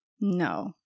No